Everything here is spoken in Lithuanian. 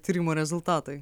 tyrimo rezultatai